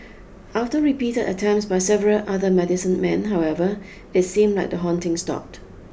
after repeated attempts by several other medicine men however it seemed like the haunting stopped